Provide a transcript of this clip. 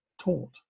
taught